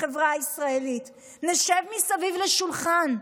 בחברה הישראלית, נשב מסביב לשולחן.